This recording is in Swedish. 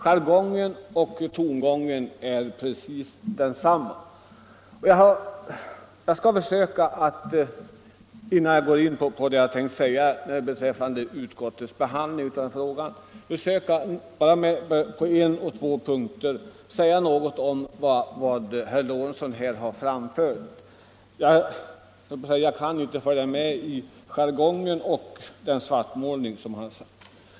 Jargongen och tongångarna är precis desamma. Innan jag går in på det jag har tänkt anföra beträffande utskottets behandling av frågan skall jag på ett par punkter försöka säga något om vad herr Lorentzon här har anfört.